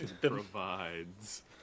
provides